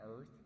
earth